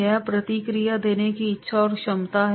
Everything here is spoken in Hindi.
यह प्रतिक्रिया देने की इच्छा और क्षमता है